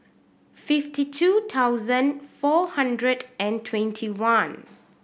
fifty two thousand four hundred and twenty one